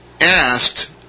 asked